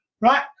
right